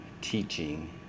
teaching